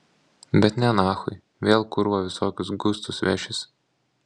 bet ne nachui vėl kurva visokius gustus vešis